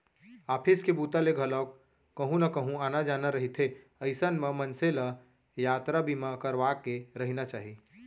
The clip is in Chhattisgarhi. ऑफिस के बूता ले घलोक कहूँ न कहूँ आना जाना रहिथे अइसन म मनसे ल यातरा बीमा करवाके रहिना चाही